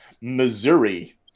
Missouri